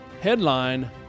headline